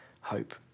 hope